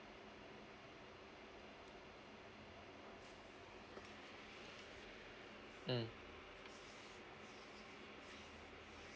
mm